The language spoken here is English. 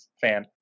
fan